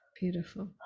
Beautiful